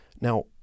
Now